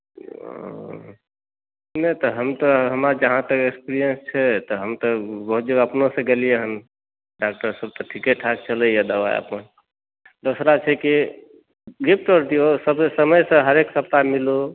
नहि तऽ हम तऽ हमरा जहाँ तक एक्सपेरिंस छै तऽ हम तऽ बहुत जगह अपनोसँ गेलियै हँ कियाकि तऽ सब ठीके ठाक छलैय दबाई सब अपन दोसरा छै कि गिफ्ट दियौ समयसँ हरेक सप्ताह मिलू सब दिन समय दियौ